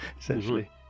essentially